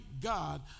God